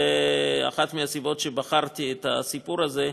ואחת מהסיבות שבחרתי את הסיפור הזה,